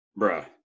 bruh